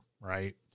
right